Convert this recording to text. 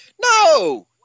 No